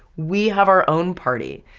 we have our own party.